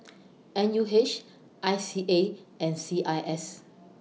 N U H I C A and C I S